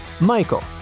Michael